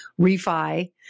refi